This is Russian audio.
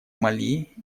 мали